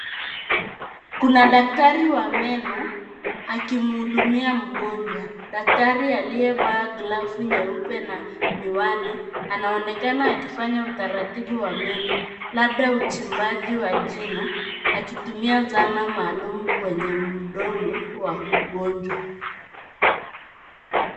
Kuna daktari wa meno, akimhudumia mgonjwa. Daktari aliyevaa glavu nyeupe na miwani, anaonekana akifanya utaratibu wa meno, labda uchimbaji wa jino, akitumia zana maalum kwenye mdomo, wa mgonjwa.